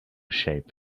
shape